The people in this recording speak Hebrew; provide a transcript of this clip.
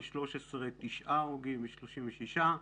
בשנת 2013 היו לנו תשעה הרוגים ו-36 פצועים,